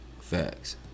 Facts